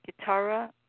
guitarra